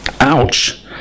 Ouch